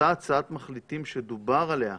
אותה הצעת המחליטים שדובר עליה,